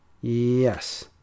yes